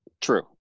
true